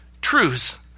truths